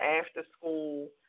after-school